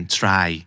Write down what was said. try